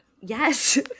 yes